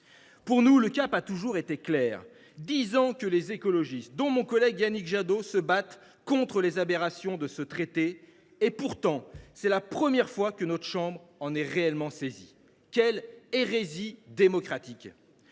Pour nous, le cap a toujours été clair : cela fait dix ans que les écologistes, dont mon collègue Yannick Jadot, se battent contre les aberrations de ce traité. Pourtant, c’est la première fois que notre chambre en est réellement saisie. Quelle hérésie démocratique !